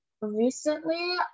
Recently